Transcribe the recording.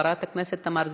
חברת הכנסת תמר זנדברג,